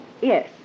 Yes